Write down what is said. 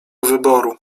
wyboru